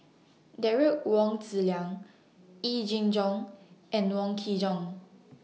Derek Wong Zi Liang Yee Jenn Jong and Wong Kin Jong